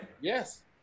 Yes